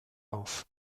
auf